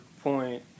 point